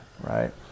right